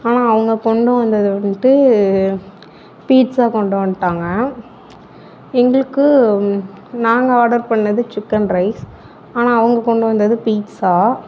ஆனால் அவங்க கொண்டு வந்தது வந்துட்டு பீட்ஸா கொண்டு வந்துட்டாங்க எங்களுக்கு நாங்கள் ஆர்டர் பண்ணிணது சிக்கன் ரைஸ் ஆனால் அவங்க கொண்டு வந்தது பீட்ஸா